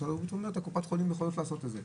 משרד הבריאות אומר שקופות חולים יכולות לעשות את זה.